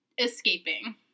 escaping